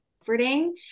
comforting